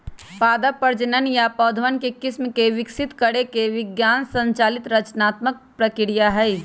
पादप प्रजनन नया पौधवन के किस्म के विकसित करे के विज्ञान संचालित रचनात्मक प्रक्रिया हई